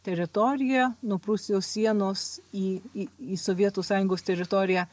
teritorija nuo prūsijos sienos į į į sovietų sąjungos teritoriją